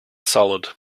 solid